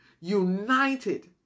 united